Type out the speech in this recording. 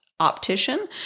optician